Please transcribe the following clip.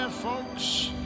folks